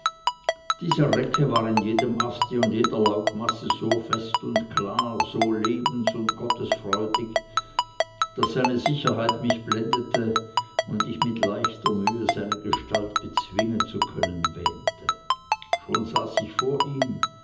dieser recke war in jedem aste und jeder laubmasse so fest und klar so lebens und gottesfreudig daß seine sicherheit mich blendete und ich mit leichter mühe seine gestalt bezwingen zu können wähnte schon saß ich vor ihm